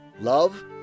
love